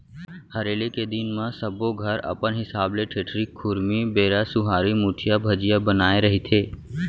हरेली के दिन म सब्बो घर अपन हिसाब ले ठेठरी, खुरमी, बेरा, सुहारी, मुठिया, भजिया बनाए रहिथे